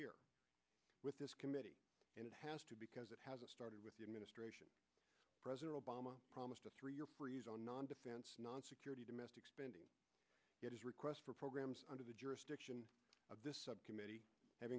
here with this committee and it has to because it has started with the administration president obama promised a three year freeze on nondefense non security domestic spending it is request for programs under the jurisdiction of this subcommittee have